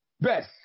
best